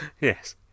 Yes